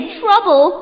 trouble